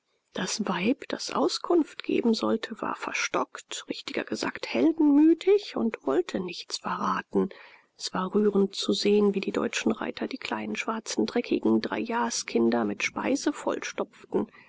das weib das auskunft geben sollte war verstockt richtiger gesagt heldenmütig und wollte nichts verraten es war rührend zu sehen wie die deutschen reiter die kleinen schwarzen dreckigen dreijahrskmder mit